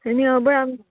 आनी हबय आम